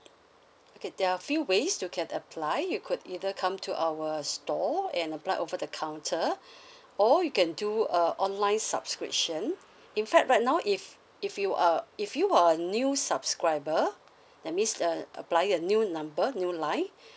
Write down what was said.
okay there are a few ways you can apply you could either come to our store and apply over the counter or you can do a online subscription in fact right now if if you uh if you are a new subscriber that means uh apply a new number new line